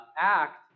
act